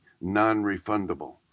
non-refundable